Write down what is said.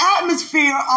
atmosphere